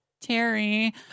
Terry